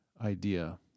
idea